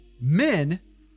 men